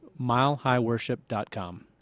Milehighworship.com